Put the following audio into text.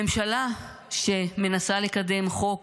ממשלה שמנסה לקדם חוק